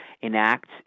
enact